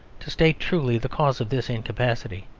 to state truly the cause of this incapacity.